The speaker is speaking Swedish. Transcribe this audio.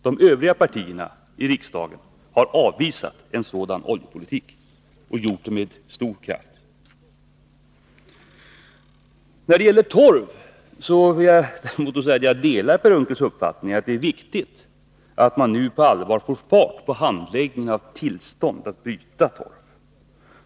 De övriga partierna i riksdagen har avvisat en sådan oljepolitik — och gjort det med stor kraft. När det gäller torven vill jag däremot säga att jag delar Per Unckels uppfattning att det är viktigt att man nu på allvar får fart på handläggningen av tillstånden att bryta torv.